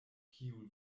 kiu